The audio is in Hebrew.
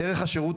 ערך השירות